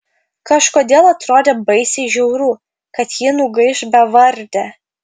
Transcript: kažkodėl atrodė baisiai žiauru kad ji nugaiš bevardė